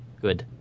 good